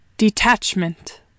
Detachment